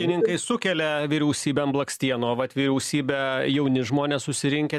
ūkininkai sukelia vyriausybę ant blakstienų o vat vyriausybę jauni žmonės susirinkę